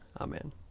Amen